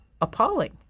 appalling